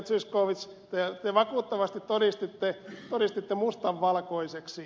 zyskowicz te vakuuttavasti todistitte mustan valkoiseksi